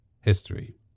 history